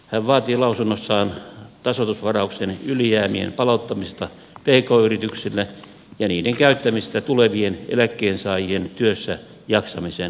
hän vaatii lausunnossaan tasoitusvarauksien ylijäämien palauttamista pk yrityksille ja niiden käyttämistä tulevien eläkkeensaajien työssäjaksamisen hyväksi